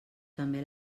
també